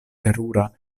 terura